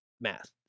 math